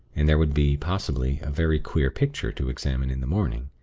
and there would be, possibly, a very queer picture to examine in the morning.